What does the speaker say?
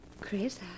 Chris